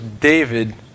David